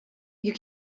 you